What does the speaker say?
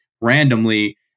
randomly